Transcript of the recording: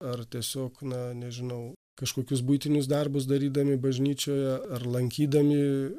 ar tiesiog na nežinau kažkokius buitinius darbus darydami bažnyčioje ar lankydami